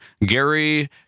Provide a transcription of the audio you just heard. Gary